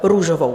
Růžovou.